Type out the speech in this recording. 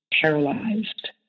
paralyzed